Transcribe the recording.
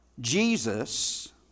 Jesus